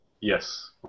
Yes